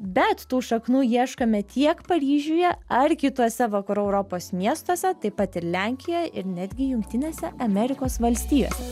bet tų šaknų ieškome tiek paryžiuje ar kituose vakarų europos miestuose taip pat ir lenkijoj ir netgi jungtinėse amerikos valstijos